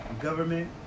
government